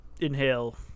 inhale